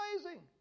Amazing